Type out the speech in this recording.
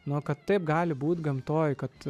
nu kad taip gali būti gamtoj kad